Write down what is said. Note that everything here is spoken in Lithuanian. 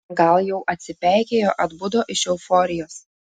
gal jau atsipeikėjo atbudo iš euforijos